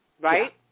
right